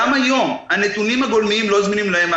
גם היום הנתונים הגולמיים לא זמינים להם.